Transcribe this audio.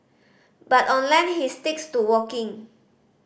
but on land he sticks to walking